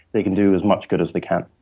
they can do as much good as they can.